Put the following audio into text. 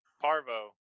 Parvo